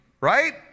Right